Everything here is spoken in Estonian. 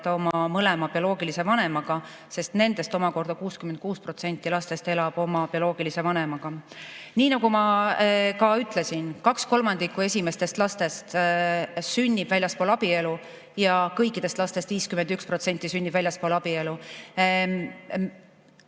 oma mõlema bioloogilise vanemaga. Nimelt, nendest lastest omakorda 66% elab oma bioloogiliste vanematega. Nii nagu ma ütlesin, kaks kolmandikku esimestest lastest sünnib väljaspool abielu ja kõikidest lastest 51% sünnib väljaspool abielu.